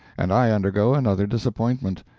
and i undergo another disappointment.